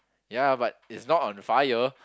ya but is not on a fire